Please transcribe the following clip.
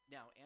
Now